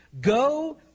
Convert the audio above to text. Go